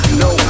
no